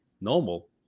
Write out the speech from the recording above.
normal